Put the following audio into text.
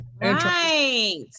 Right